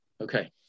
Okay